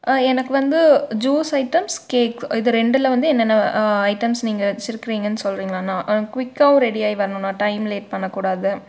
ஆ எனக்கு வந்து juice items cake இது ரெண்டில் வந்து என்னென்ன ஐட்டம்ஸ் நீங்கள் வச்சிருக்குறீங்கன்னு சொல்றீங்களாங்ண்ணா குயிக்காவும் ரெடி ஆகி வரணுண்ணா டைம் லேட் பண்ணக்கூடாது